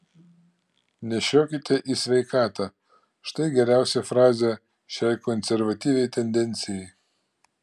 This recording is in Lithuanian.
nešiokite į sveikatą štai geriausia frazė šiai konservatyviai tendencijai